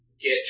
get